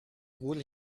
rudel